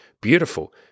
Beautiful